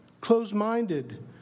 closed-minded